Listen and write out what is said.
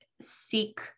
seek